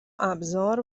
ابزار